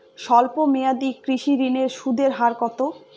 স্বল্প মেয়াদী কৃষি ঋণের সুদের হার কত?